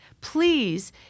please